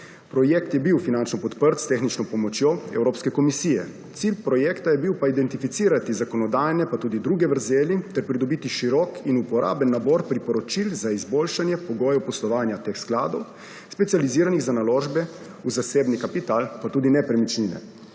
Projekt je bil finančno podprt s tehnično pomočjo Evropske komisije. Cilj projekta je bil pa identificirati zakonodajne, pa tudi druge vrzeli, ter pridobiti širok in uporaben nabor priporočil za izboljšanje pogojev poslovanja teh skladov, specializiranih za naložbe v zasebni kapital, pa tudi nepremičnine.